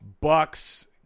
Bucks